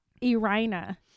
Irina